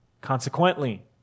Consequently